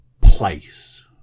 place